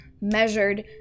measured